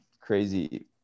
crazy